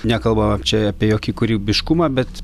nekalbama čia apie jokį kūrybiškumą bet